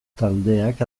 taldeak